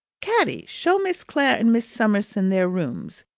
caddy, show miss clare and miss summerson their rooms.